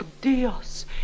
Dios